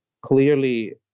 clearly